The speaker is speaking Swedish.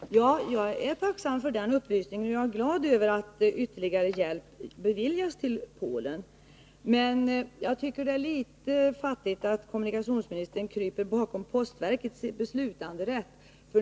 Herr talman! Jag är tacksam för den upplysningen, och jag är glad över att ytterligare hjälp ges till Polen. Men jag tycker att det är litet fattigt att kommunikationsministern kryper bakom postverkets beslutanderätt.